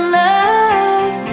love